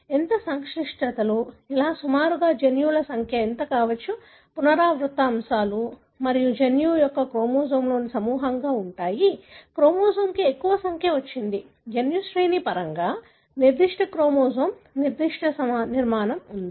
ఎంత సంక్లిష్టతలు ఎలా సుమారుగా జన్యువుల సంఖ్య ఎంత కావచ్చు పునరావృత అంశాలు ఏమిటి మరియు జన్యువు జన్యువులు క్రోమోజోమ్లో సమూహంగా ఉంటాయి క్రోమోజోమ్కు ఎక్కువ సంఖ్య వచ్చింది జన్యు శ్రేణి పరంగా నిర్దిష్ట క్రోమోజోమ్ నిర్దిష్ట నిర్మాణం ఉందా